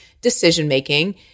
decision-making